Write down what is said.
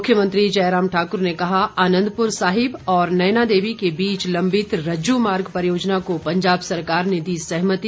मुख्यमंत्री जयराम ठाकुर ने कहा आनंदपुर साहिब और नैनादेवी के बीच लम्बित रज्जुमार्ग परियोजना को पंजाब सरकार ने दी सहमति